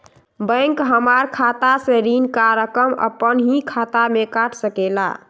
Bank हमार खाता से ऋण का रकम अपन हीं काट ले सकेला?